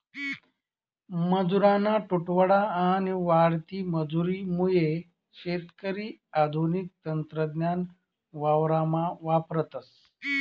मजुरना तुटवडा आणि वाढती मजुरी मुये शेतकरी आधुनिक तंत्रज्ञान वावरमा वापरतस